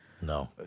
No